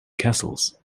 castles